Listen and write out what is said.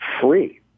free